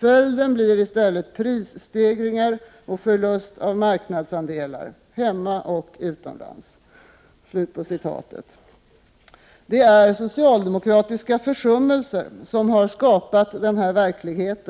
Följden blir i stället prisstegringar och förlust av marknadsandelar, hemma och utomlands.” Det är socialdemokratiska försummelser som har skapat denna verklighet.